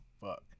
fuck